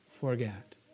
forget